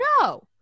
no